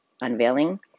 unveiling